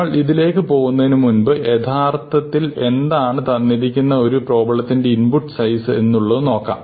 നമ്മൾ ഇതിലേക്ക് പോകുന്നതിനു മുമ്പ് എന്താണ് യഥാർത്ഥത്തിൽ തന്നിരിക്കുന്ന ഒരു പ്രോബ്ലത്തിൻറെ ഇൻപുട് സൈസ് എന്നുള്ളത് നോക്കാം